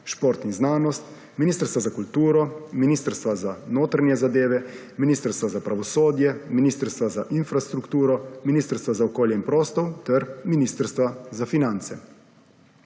šport in znanost, Ministrstva za kulturo, Ministrstva za notranje zadeve, Ministrstva za pravosodje, Ministrstva za infrastrukturo, Ministrstva za okolje in prostor ter Ministrstva za finance.